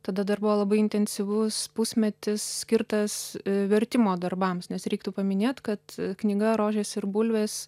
tada dar buvo labai intensyvus pusmetis skirtas vertimo darbams nes reiktų paminėt kad knyga rožės ir bulvės